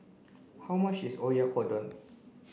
how much is Oyakodon